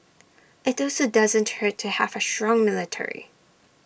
IT also doesn't hurt to have A strong military